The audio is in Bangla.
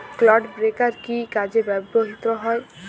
ক্লড ব্রেকার কি কাজে ব্যবহৃত হয়?